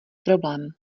problém